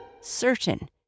certain